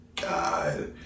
God